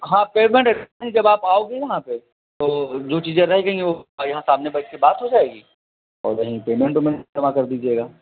हाँ पेमेंट जब आप आओगे वहाँ पर तो जो चीजें रह गई है तो वहाँ यहाँ सामने बैठ के बात हो जाएगी और वहीं पेमेंट उमेंट जमा कर दीजिएगा